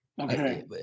Okay